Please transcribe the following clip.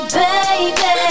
baby